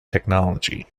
technology